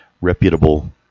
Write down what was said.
reputable